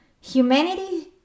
humanity